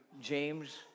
James